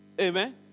Amen